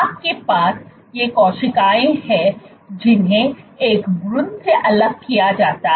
आपके पास ये कोशिकाएं हैं जिन्हें एक भ्रूण से अलग किया जाता है